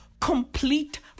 Complete